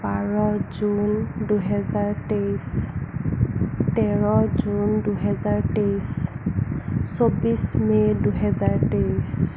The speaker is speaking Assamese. বাৰ জুন দুহেজাৰ তেইছ তেৰ জুন দুহেজাৰ তেইছ চৌব্বিছ মে দুহেজাৰ তেইছ